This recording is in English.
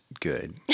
good